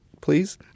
please